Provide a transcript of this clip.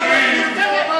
מטומטמת.